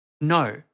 No